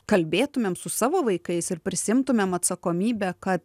kalbėtumėm su savo vaikais ir prisiimtumėm atsakomybę kad